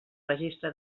registre